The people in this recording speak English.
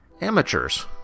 amateurs